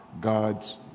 God's